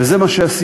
וזה מה שעשיתי.